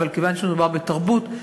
אבל כיוון שמדובר בתרבות,